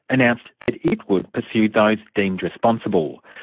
announced that it would pursue those deemed responsible.